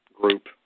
group